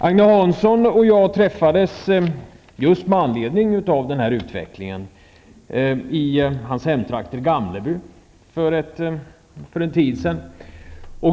Agne Hansson och jag träffades just med anledning av denna utveckling i hans hemtrakt Gamleby för en tid sedan.